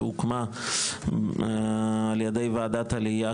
שהוקמה על ידי וועדת עלייה,